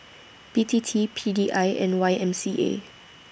B T T P D I and Y M C A